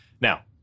Now